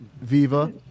Viva